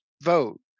vote